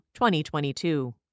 2022